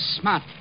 Smart